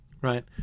right